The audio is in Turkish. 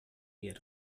yer